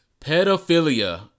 pedophilia